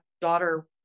daughter